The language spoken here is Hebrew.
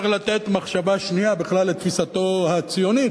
לתת מחשבה שנייה בכלל לתפיסתו הציונית.